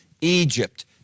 Egypt